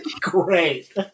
Great